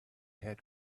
had